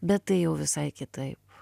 bet tai jau visai kitaip